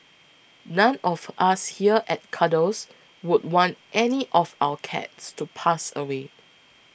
none of us here at Cuddles would want any of our cats to pass away